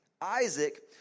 Isaac